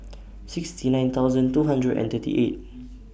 sixty nine thousand two hundred and thirty eight